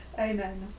amen